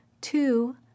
Two